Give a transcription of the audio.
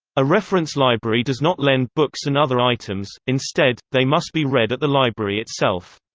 a reference library does not lend books and other items instead, they must be read at the library itself.